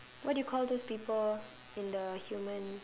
what do you call these people in the human